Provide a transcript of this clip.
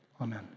Amen